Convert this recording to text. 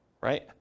Right